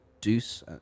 Deuce